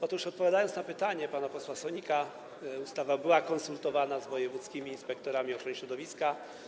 Otóż odpowiadając na pytanie pana posła Sonika, powiem, iż ustawa była konsultowana z wojewódzkimi inspektorami ochrony środowiska.